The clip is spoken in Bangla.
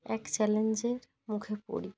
এক চ্যালেঞ্জের মুখে পড়ি